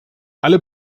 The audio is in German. alle